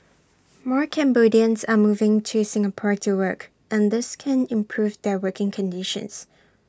more Cambodians are moving to Singapore to work and this can improve their working conditions